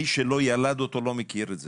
מי שלא ילד אותו לא מכיר את זה.